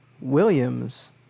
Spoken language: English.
Williams